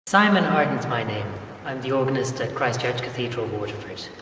simon hardens my name i'm the organist at christ church cathedral waterford